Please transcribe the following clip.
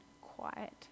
quiet